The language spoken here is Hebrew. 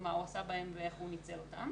מה הוא עשה בהן ואיך הוא ניצל אותן.